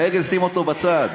העגל, שים אותו בצד.